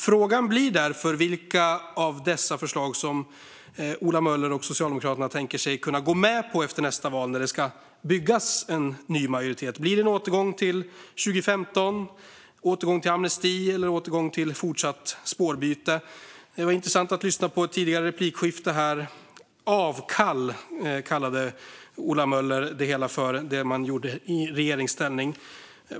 Frågan blir därför vilka av dessa förslag som Ola Möller och Socialdemokraterna tänker sig kunna gå med på efter nästa val när det ska byggas en ny majoritet. Blir det en återgång till 2015, återgång till amnesti eller fortsatt spårbyte? Det var intressant att lyssna på ett tidigare replikskifte. "Avkall" kallade Ola Möller det man gjorde i regeringsställning för.